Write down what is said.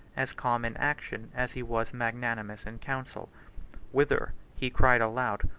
as calm in action as he was magnanimous in council whither, he cried aloud,